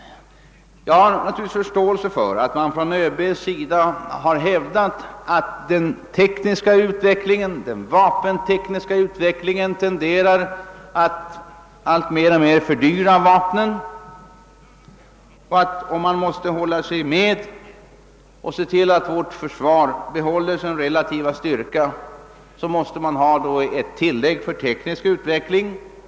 Jag har naturligtvis förståelse för att det från ÖB:s sida har hävdats att den vapentekniska utvecklingen tenderar att alltmer fördyra vapnen och att man, om man Önskar se till att försvaret kan bibehålla sin relativa styrka, behöver få ett tillägg för teknisk utveckling.